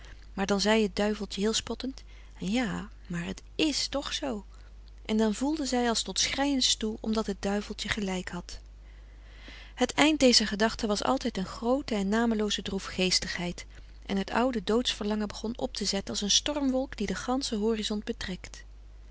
maar dan zei het duiveltje heel spottend ja maar het is toch zoo en dan voelde zij als tot schreien toe omdat het duiveltje gelijk had het eind dezer gedachte was altijd een groote en namelooze droefgeestigheid en het oude doodsverlangen begon op te zetten als een stormwolk die den ganschen horizont betrekt